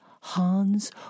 Hans